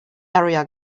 area